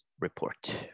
report